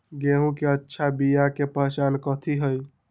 गेंहू के अच्छा बिया के पहचान कथि हई?